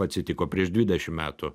atsitiko prieš dvidešim metų